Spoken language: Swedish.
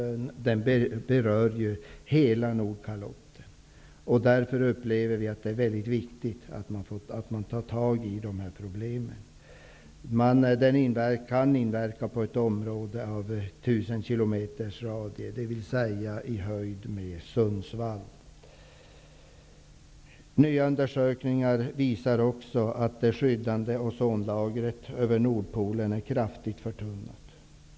Nordkalotten. Vi upplever det därför som väldigt viktigt att man tar tag i problemen. En olycka kan inverka på ett område med tusen kilometers radie -- det innebär att områden i höjd med Sundsvall skulle påverkas. Nya undersökningar visar också att det skyddande ozonlagret över Nordpolen är kraftigt förtunnat.